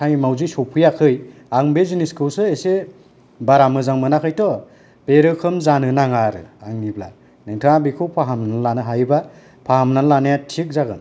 time आवदि सौफैयाखै आं बे जिनिसखौसो एसे बारा मोजां मोनाखैथ' बे रोखोम जानो नाङा आरो आंनिब्ला नोंथाङा बेखौ फाहामनानै लानो हायोब्ला फाहामनानै लानाया थिग जागोन